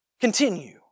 Continue